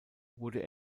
wurde